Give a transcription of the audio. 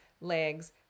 legs